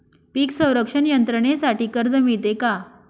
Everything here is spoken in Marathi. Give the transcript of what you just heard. पीक संरक्षण यंत्रणेसाठी कर्ज मिळते का?